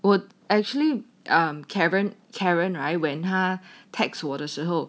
would actually I'm karen karen right when 他 text 我的时候